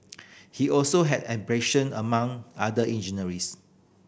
he also had abrasion among other